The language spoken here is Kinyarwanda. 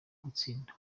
gutsinda